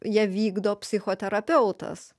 ją vykdo psichoterapeutas